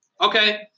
Okay